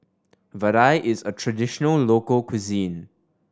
vadai is a traditional local cuisine